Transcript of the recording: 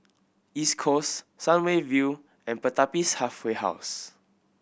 East Coast Sun Way View and Pertapis Halfway House